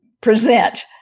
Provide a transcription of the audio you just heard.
present